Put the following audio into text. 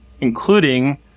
including